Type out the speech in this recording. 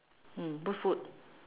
mm put food